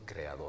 creador